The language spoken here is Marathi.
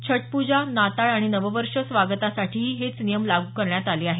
छठ पूजा नाताळ आणि नववर्ष स्वागतासाठीही हेच नियम लागू करण्यात आले आहेत